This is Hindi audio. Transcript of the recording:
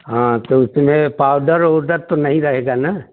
हाँ तो उसमें पाउडर ओउडर तो नहीं रहेगा न